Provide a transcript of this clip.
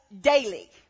daily